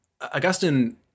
Augustine